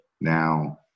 now